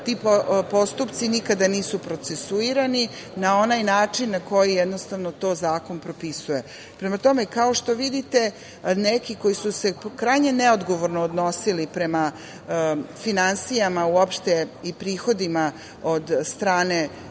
ti postupci nikada nisu procesuirani na onaj način na koji to zakon propisuje. Kao što vidite neki koji su se krajnje neodgovorno odnosili prema finansijama i prihodima od strane